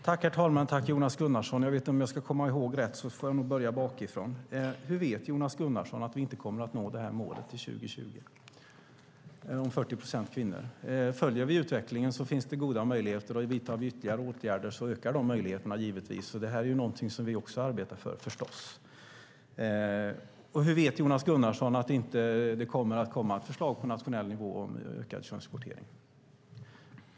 Herr talman! Tack, Jonas Gunnarsson! Om jag ska komma ihåg rätt får jag nog börja bakifrån. Hur vet Jonas Gunnarsson att vi inte kommer att nå målet om 40 procent kvinnor till år 2020? Följer vi utvecklingen finns det goda möjligheter, och vidtar vi ytterligare åtgärder ökar de möjligheterna givetvis. Detta är förstås något som vi arbetar för. Och hur vet Jonas Gunnarsson att det inte kommer ett förslag på nationell nivå om ökad könskvotering?